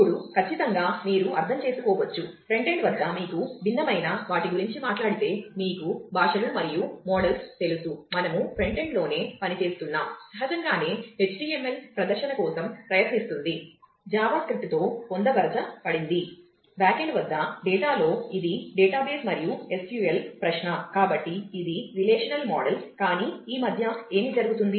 ఇప్పుడు ఖచ్చితంగా మీరు అర్థం చేసుకోవచ్చు ఫ్రంటెండ్ కానీ ఈ మధ్య ఏమి జరుగుతుంది